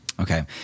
Okay